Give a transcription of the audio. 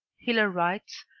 hiller writes,